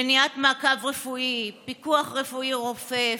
מניעת מעקב רפואי, פיקוח רפואי רופף,